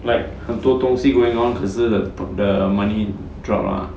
like 很多东西 going on 可是 that the money drop ah